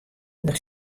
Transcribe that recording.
der